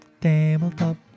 Tabletop